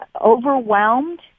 overwhelmed